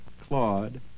Claude